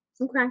okay